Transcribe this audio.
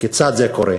כיצד זה קורה?